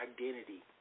identity